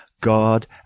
God